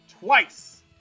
Twice